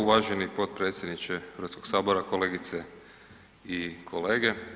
Uvaženi potpredsjedniče Hrvatskog sabra, kolegice i kolege.